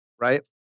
right